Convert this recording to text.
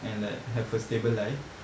and like have a stable life